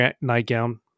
nightgown